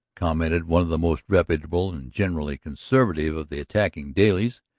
commented one of the most reputable and generally conservative of the attacking dailies,